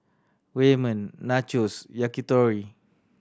Ramen Nachos Yakitori